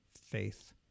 faith